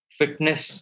fitness